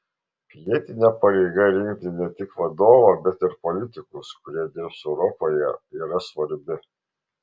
pilietinė pareiga rinkti ne tik vadovą bet ir politikus kurie dirbs europoje yra svarbi